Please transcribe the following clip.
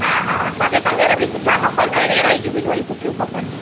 हा हा असांखे कलर बि सुठा खपनि ऐं वैरायटियूं बि थोड़ियूं सुठियूं खपनि